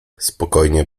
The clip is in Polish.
spokojnie